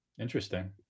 interesting